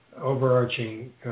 overarching